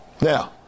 Now